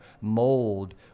mold